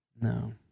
No